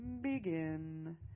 Begin